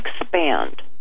expand